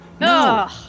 No